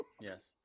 Yes